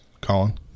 Colin